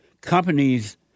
companies